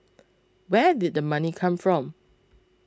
where did the money come from